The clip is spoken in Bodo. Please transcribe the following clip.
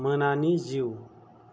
मोनानि जिउ